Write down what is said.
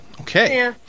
Okay